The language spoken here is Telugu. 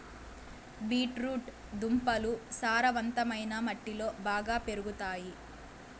బీట్ రూట్ దుంపలు సారవంతమైన మట్టిలో బాగా పెరుగుతాయి